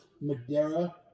Madeira